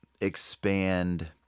expand